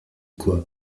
quoi